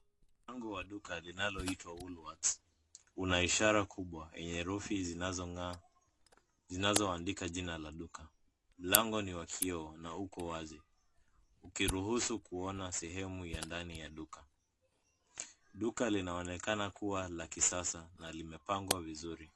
Mlango wa duka linaloitwa Woolworths. Una ishara kubwa enye herufi zinazong'aa zinazoandika jina la duka. Mlango ni wa kioo na uko wazi ukiruhusu kuona sehemu ya ndani ya duka. Duka linaonekana kuwa la kisasa na limepangwa vizuri.